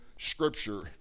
Scripture